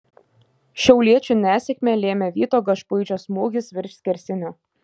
šiauliečių nesėkmę lėmė vyto gašpuičio smūgis virš skersinio